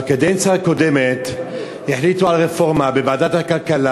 בקדנציה הקודמת החליטו על רפורמה בוועדת הכלכלה,